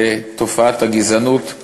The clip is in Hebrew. לתופעת הגזענות,